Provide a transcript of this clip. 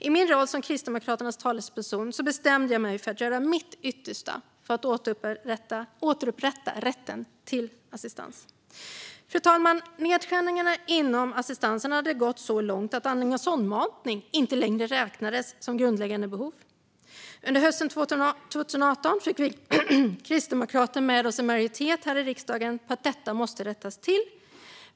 I min roll som Kristdemokraternas talesperson bestämde jag mig för att göra mitt yttersta för att återupprätta rätten till assistans. Fru talman! Nedskärningarna inom assistansen hade gått så långt att andning och sondmatning inte längre räknades som ett grundläggande behov. Under hösten 2018 fick vi kristdemokrater med oss en majoritet här i riksdagen på att detta måste rättas till.